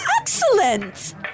excellent